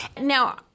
Now